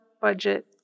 budget